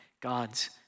God's